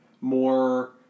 more